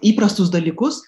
įprastus dalykus